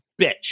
bitch